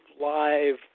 live